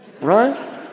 right